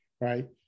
right